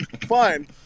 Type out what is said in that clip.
Fine